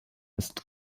ist